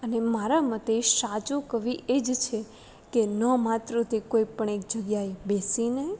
અને મારા મતે સાચો કવિ એ જ છે કે ન માત્ર તે કોઈપણ એક જગ્યાએ બેસીને